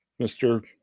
Mr